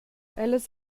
ellas